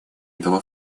этого